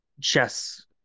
chess